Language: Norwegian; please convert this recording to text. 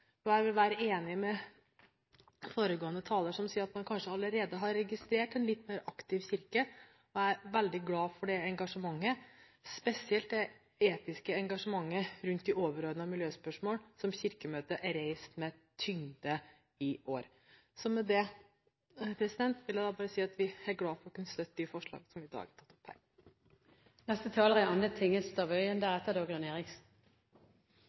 og jeg er enig med foregående taler, som sa at man kanskje allerede har registrert en litt mer aktiv kirke. Jeg er veldig glad for engasjementet, spesielt det etiske engasjementet rundt de overordnede miljøspørsmålene som Kirkemøtet har reist med tyngde i år. Så med dette vil jeg si at vi er glad for å kunne støtte de forslagene til endring som i dag ligger her. Endringene i kirkeloven er